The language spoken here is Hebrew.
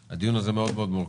הדיון הזה הוא מאוד מאוד מורכב,